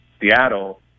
Seattle